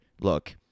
Look